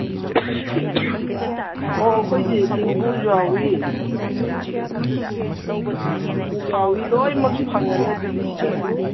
ꯑꯣ ꯑꯩꯈꯣꯏꯁꯦ ꯆꯤꯡꯐꯨꯁꯨ ꯌꯥꯎꯋꯤ ꯊꯨꯃꯣꯛ ꯌꯥꯎꯋꯤ ꯂꯣꯏꯃꯛ ꯐꯪꯉꯅꯤ ꯑꯗꯨꯗꯤ ꯁꯤꯗ